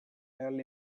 early